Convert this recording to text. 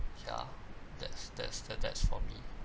ya that's that's that that's for me